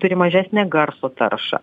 turi mažesnę garso taršą